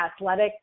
athletic